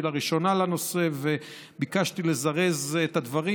לראשונה לנושא וביקשתי לזרז את הדברים,